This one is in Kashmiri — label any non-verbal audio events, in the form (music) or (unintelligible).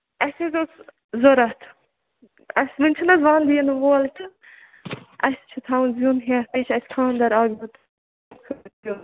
اَسہِ حظ اوس ضوٚرَتھ اَسہِ منٛز چھُ نہٕ حظ ونٛدٕ یِنہٕ وول تہٕ اَسہِ چھُ تھاوُن زیُن ہٮ۪تھ بیٚیہِ چھِ اَسہِ خانٛدَر اَکھ زٕ تہٕ (unintelligible)